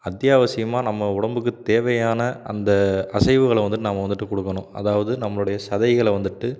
அத்தியாவசியமாக நம்ம உடம்புக்கு தேவையான அந்த அசைவுகளை வந்துட்டு நாம் வந்துட்டு கொடுக்கணும் அதாவது நம்மளுடைய சதைகளை வந்துட்டு